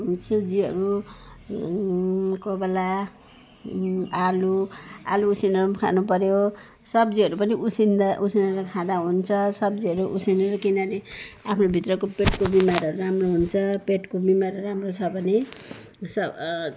सुजीहरू कोहीबेला आलु आलु उसिनेर पनि खानुपर्यो सब्जीहरू पनि उसिन्दा उसिनेर खाँदा हुन्छ सब्जीहरू उसिनेर किनभने आफ्नो भित्रको पेटको बिमारहरू राम्रो हुन्छ पेटको बिमारहरू राम्रो छ भने स